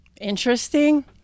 Interesting